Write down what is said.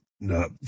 No